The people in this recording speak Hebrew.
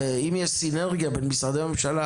אם יש סינרגיה בין משרדי הממשלה